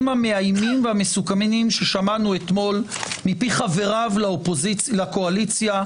המאיימים והמסוכנים ששמענו אתמול מפי חבריו לקואליציה,